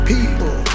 People